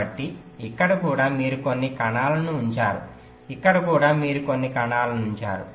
కాబట్టి ఇక్కడ కూడా మీరు కొన్ని కణాలను ఉంచారు ఇక్కడ కూడా మీరు కొన్ని కణాలను ఉంచారు